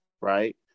right